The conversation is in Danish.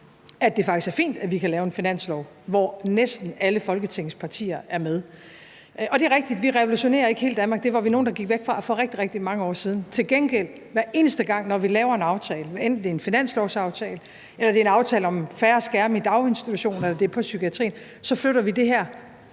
at det faktisk er fint, at vi kan lave en finanslov, hvor næsten alle Folketingets partier er med. Og det er rigtigt, at vi ikke revolutionerer hele Danmark. Det var vi nogle der gik væk fra for rigtig, rigtig mange år siden. Til gengæld flytter vi det her, hver eneste gang vi laver en aftale, hvad enten det er en finanslovsaftale eller det er en aftale om færre skærme i daginstitutionerne eller det er om psykiatrien. Og det er måske det,